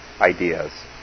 ideas